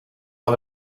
van